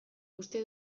uste